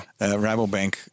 Rabobank